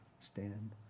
stand